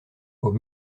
aux